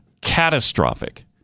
Catastrophic